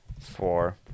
four